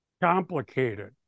complicated